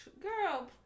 girl